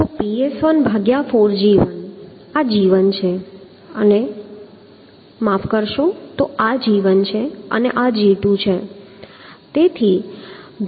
તો Ps14g1 આ g1 છે અને જો માફ કરશો તો આ g1 છે અને આ g2 છે